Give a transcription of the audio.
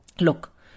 look